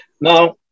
Now